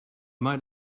might